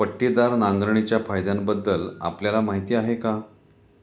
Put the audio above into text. पट्टीदार नांगरणीच्या फायद्यांबद्दल आपल्याला माहिती आहे का?